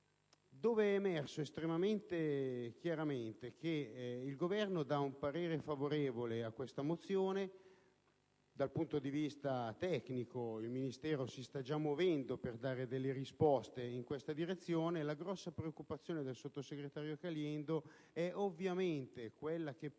in maniera estremamente chiara che il Governo dà un parere favorevole a questa mozione e che dal punto di vista tecnico il Ministero si sta già muovendo per dare risposte in questa direzione; ma la preoccupazione che ha espresso il sottosegretario Caliendo è ovviamente quella che pervade